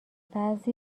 بعضی